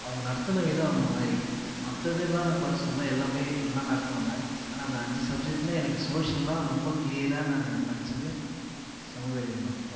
அவங்க நடத்தின விதம் அந்தமாதிரி மற்றது எல்லாம் நான் குறை சொல்லலை எல்லாமே எல்லாம் நடத்துவாங்க ஆனால் இந்த அஞ்சு சப்ஜெக்டில் எனக்கு சோஷியல்ன்னால் ரொம்ப கிளியராக நான் படித்தது சமூக அறிவியல் மட்டும் தான்